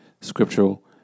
scriptural